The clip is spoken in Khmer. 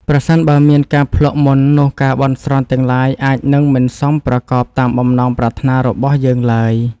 ប្រសិនបើមានការភ្លក្សមុននោះការបន់ស្រន់ទាំងឡាយអាចនឹងមិនសមប្រកបតាមបំណងប្រាថ្នារបស់យើងឡើយ។